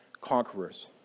conquerors